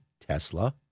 Tesla